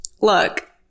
Look